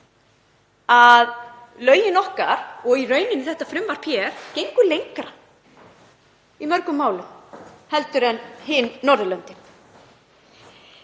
að lögin okkar, og í rauninni þetta frumvarp hér, ganga lengra í mörgum málum en á hinum Norðurlöndunum.